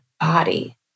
body